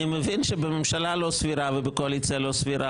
אני מבין שבממשלה לא סבירה ובקואליציה לא סבירה,